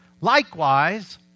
Likewise